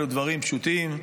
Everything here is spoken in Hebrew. אלה דברים פשוטים.